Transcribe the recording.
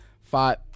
five